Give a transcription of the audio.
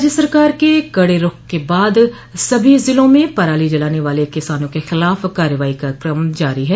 राज्य सरकार के कडे रूख के बाद सभी जिलों में पराली जलाने वाले किसानों के खिलाफ कार्रवाई का क्रम जारी है